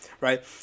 right